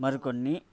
మరికొన్ని